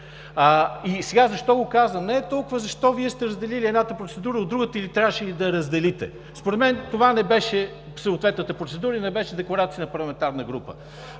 Защо го казвам? Не толкова защо Вие сте разделили едната процедура от другата и трябваше ли да я разделите? Според мен това не беше съответната процедура и не беше декларация на парламентарна група.